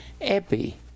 Epi